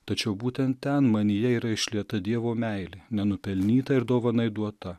tačiau būtent ten manyje yra išlieta dievo meilė nenupelnyta ir dovanai duota